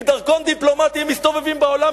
עם דרכון דיפלומטי מסתובבים בעולם,